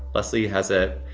leslie has a,